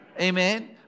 Amen